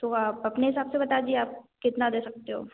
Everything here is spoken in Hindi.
तो आप अपने हिसाब से बता दो आप कितना दे सकते हो